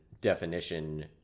definition